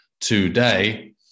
today